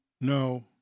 No